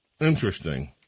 Interesting